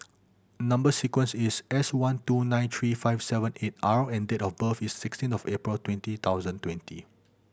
number sequence is S one two nine three five seven eight R and date of birth is sixteen of April twenty thousand twenty